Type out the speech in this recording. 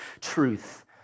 truth